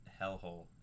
hellhole